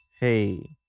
Hey